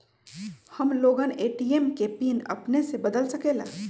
हम लोगन ए.टी.एम के पिन अपने से बदल सकेला?